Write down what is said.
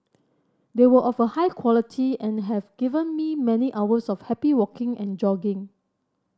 they were of a high quality and have given me many hours of happy walking and jogging